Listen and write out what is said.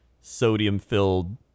sodium-filled